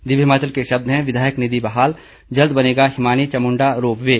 दिव्य हिमाचल के शब्द हैं विधायक निधि बहाल जल्द बनेगा हिमानी चामुंडा रोप वे